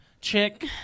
chick